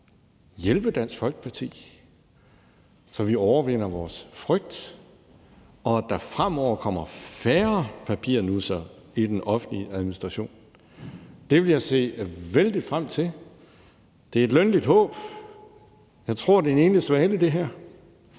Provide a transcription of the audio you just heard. hjælpe Dansk Folkeparti, så vi overvinder vores frygt og der fremover kommer færre papirnussere i den offentlige administration. Det vil jeg se vældig frem til. Det er et lønligt håb, men jeg tror, at det her er en enlig svale, for hvis